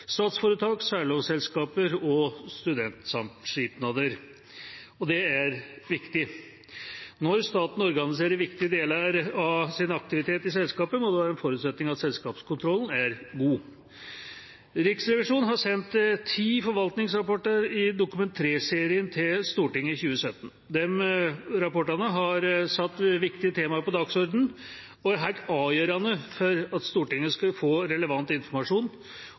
statsforetak, særlovselskaper og studentsamskipnader. Dette er viktig. Når staten organiserer viktige deler av sin aktivitet i selskaper, må det være en forutsetning at selskapskontrollen er god. Riksrevisjonen har sendt ti forvaltningsrapporter i Dokument 3-serien til Stortinget i 2017. Disse rapportene har satt viktige temaer på dagsordenen og er helt avgjørende for at Stortinget skal få relevant informasjon